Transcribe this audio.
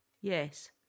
Yes